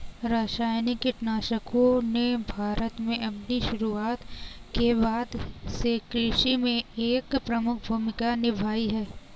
रासायनिक कीटनाशकों ने भारत में अपनी शुरूआत के बाद से कृषि में एक प्रमुख भूमिका निभाई है